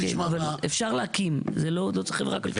אפשר להקים, לא צריך חברה כלכלית.